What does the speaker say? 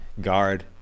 Guard